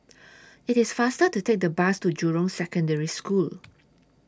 IT IS faster to Take The Bus to Jurong Secondary School